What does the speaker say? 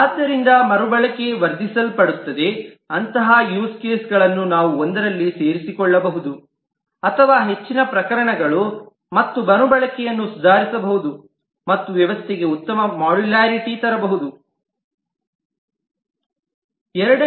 ಆದ್ದರಿಂದ ಮರುಬಳಕೆ ವರ್ಧಿಸಲ್ಪಡುತ್ತದೆ ಅಂತಹ ಯೂಸ್ ಕೇಸ್ಗಳನ್ನು ನಾವು ಒಂದರಲ್ಲಿ ಸೇರಿಸಿಕೊಳ್ಳಬಹುದು ಅಥವಾ ಹೆಚ್ಚಿನ ಪ್ರಕರಣಗಳು ಮತ್ತು ಮರು ಬಳಕೆಯನ್ನು ಸುಧಾರಿಸಬಹುದು ಮತ್ತು ಉತ್ತಮ ಮಾಡ್ಯುಲಾರಿಟಿಯನ್ನು ತರಬಹುದು ವ್ಯವಸ್ಥೆ